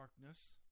darkness